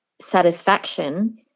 satisfaction